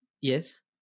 Yes